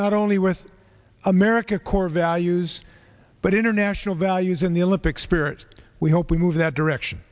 not only with america core values but international values in the olympic spirit we hope we move that direction